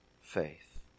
Faith